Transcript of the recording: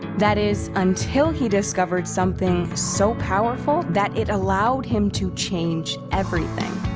that is, until he discovered something so powerful that it allowed him to change everything.